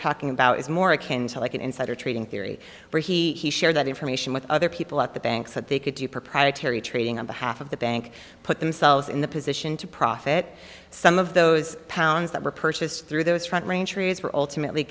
talking about is more akin to like an insider trading theory where he shared that information with other people at the banks that they could do proprietary trading on behalf of the bank put themselves in the position to profit some of those pounds that were purchased through those front range areas were ultimately